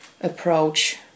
approach